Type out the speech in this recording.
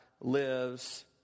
lives